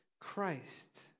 Christ